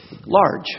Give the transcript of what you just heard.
large